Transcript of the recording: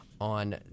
on